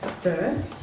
first